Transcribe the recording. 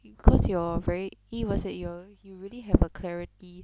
because you're very even said your you already have a clarity